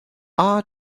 are